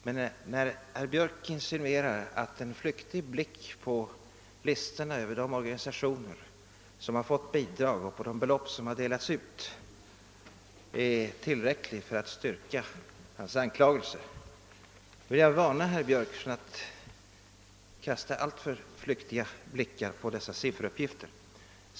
Men när herr Björck insinuerar och säger att en flyktig blick på listorna över de organisationer som har fått bidrag och över de belopp som har delats ut är tillräcklig för att styrka hans anklagelse, vill jag varna herr Björck för att kasta alltför flyktiga blickar på dessa sifferuppgifter.